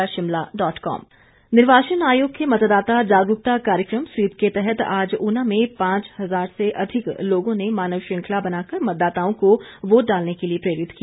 Una SVEEP निर्वाचन आयोग के मतदाता जागरूकता कार्यक्रम स्वीप के तहत आज ऊना में पांच हजार से अधिक लोगों ने मानव श्रृंखला बनाकर मतदाताओं को वोट डालने के लिए प्रेरित किया